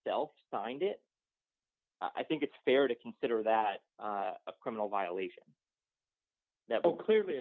self find it i think it's fair to consider that a criminal violation that clearly